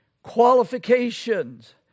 qualifications